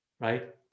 Right